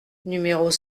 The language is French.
numéros